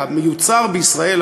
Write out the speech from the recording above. המיוצר בישראל,